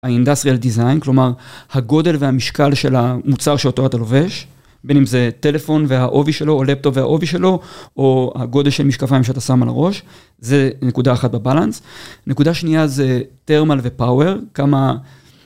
האינדסטריאל דיזיין, כלומר, הגודל והמשקל של המוצר שאותו אתה לובש, בין אם זה טלפון והעובי שלו, או לפטופ והעובי שלו, או הגודל של משקפיים שאתה שם על הראש, זה נקודה אחת בבלנס. נקודה שנייה זה טרמל ופאואר, כמה...